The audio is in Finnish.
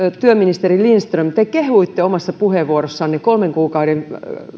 työministeri lindström te kehuitte omassa puheenvuorossanne kolmen kuukauden